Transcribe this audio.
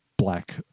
Black